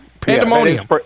Pandemonium